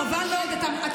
חבל מאוד.